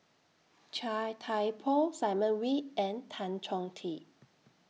Chia Thye Poh Simon Wee and Tan Chong Tee